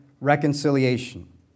Reconciliation